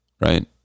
right